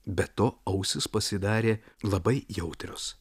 be to ausys pasidarė labai jautrios